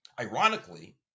Ironically